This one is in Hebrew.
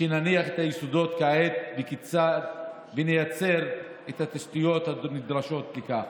שנניח את היסודות כעת ונייצר את התשתיות הנדרשות לכך.